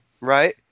right